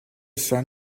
sun